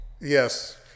Yes